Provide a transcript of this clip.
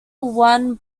won